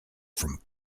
from